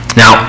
now